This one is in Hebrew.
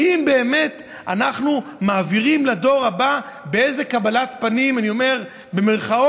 האם באמת אנחנו מעבירים לדור הבא באיזו "קבלת פנים" אני אומר במירכאות,